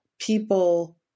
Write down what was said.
people